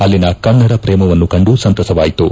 ಅಲ್ಲಿನ ಕನ್ನಡ ಪ್ರೇಮವನ್ನು ಕಂಡು ಸಂತಸವಾಯಿತು